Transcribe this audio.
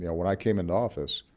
yeah when i came into office,